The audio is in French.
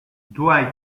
dwight